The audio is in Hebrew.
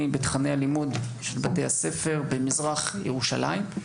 בתכני הלימוד של בתי הספר במזרח ירושלים,